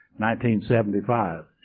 1975